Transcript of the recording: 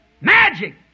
Magic